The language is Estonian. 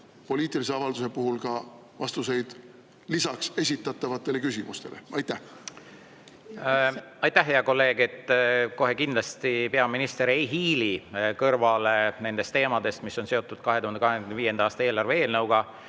poliitilise avalduse puhul ka vastuseid talle esitatavatele küsimustele. Aitäh, hea kolleeg! Kohe kindlasti peaminister ei hiili kõrvale nendest teemadest, mis on seotud 2025. aasta eelarve eelnõuga.